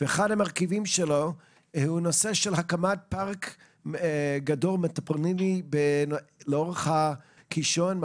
אחד המרכיבים של ההחלטה הוא נושא הקמת פארק גדול לאורך הקישון.